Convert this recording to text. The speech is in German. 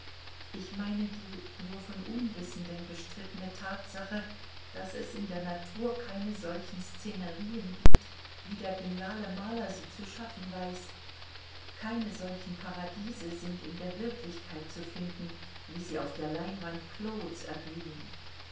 ich meine die nur von unwissenden bestrittene tatsache daß es in der natur keine solchen szenerien gibt wie der geniale maler sie zu schaffen weiß keine solchen paradiese sind in der wirklichkeit zu finden wie sie auf der leinwand claudes erglühen